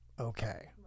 okay